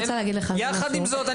יחד עם זאת,